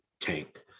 tank